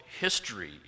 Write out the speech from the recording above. history